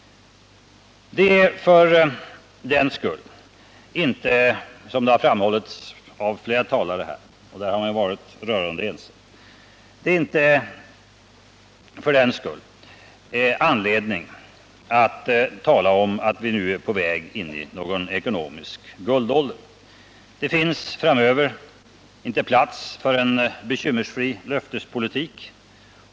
Det finns inte — det har framhållits av flera talare här och man har varit rörande ense — för den skull anledning att tala om att vi nu är på väg in i någon ekonomisk guldålder. Det finns framöver inte plats för en bekymmersfri löftespolitik.